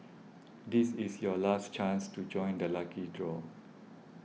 this is your last chance to join the lucky draw